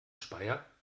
speyer